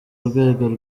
urwego